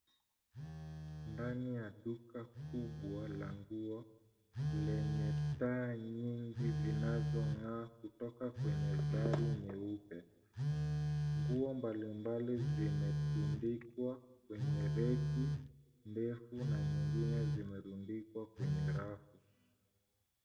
Ndani ya duka kubwa la nguo lenye taa nyingi zinazong'aa kutoka kwenye dari nyeupe. Nguo mbalimbali zimetundikwa kwenye reki ndefu na nyingine zimerundikwa kwenye rafu.